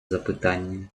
запитання